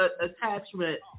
attachment